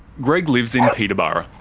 greg lives in peterborough,